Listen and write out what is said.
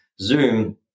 Zoom